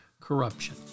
corruption